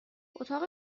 اتاق